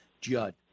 Judd